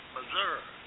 Missouri